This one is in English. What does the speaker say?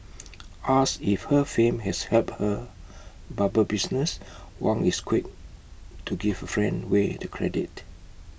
asked if her fame has helped her barber business Wang is quick to give her friend way the credit